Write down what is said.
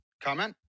Comment